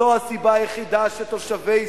זו הסיבה היחידה שתושבי ישראל,